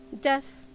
Death